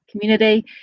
community